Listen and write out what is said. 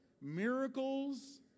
miracles